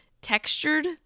textured